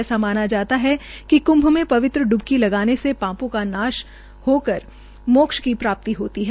ऐसा माना जाता है कि क्भ में पवित्र ड्बकी लगाने से पापों का नाश है माक्ष की प्राप्ति हफ्ती है